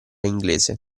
inglese